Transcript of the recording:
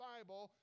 Bible